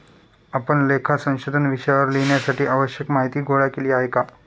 आपण लेखा संशोधन विषयावर लिहिण्यासाठी आवश्यक माहीती गोळा केली आहे का?